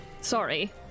sorry